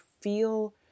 feel